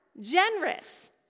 generous